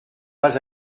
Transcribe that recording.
pas